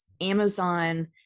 Amazon